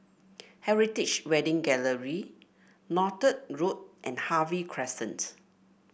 Heritage Wedding Gallery Northolt Road and Harvey Crescent